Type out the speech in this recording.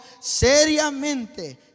seriamente